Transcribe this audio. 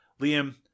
Liam